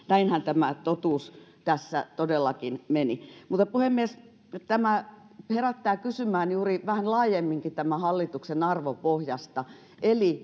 näinhän tämä totuus tässä todellakin meni mutta puhemies tämä herättää kysymään juuri vähän laajemminkin tämän hallituksen arvopohjasta eli